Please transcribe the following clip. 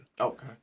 Okay